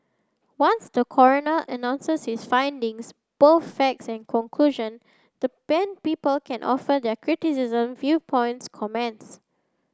once the coroner announces his findings both facts and conclusion then people can offer their criticism viewpoints comments